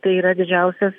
tai yra didžiausias